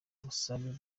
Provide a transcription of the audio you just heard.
busabe